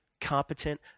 competent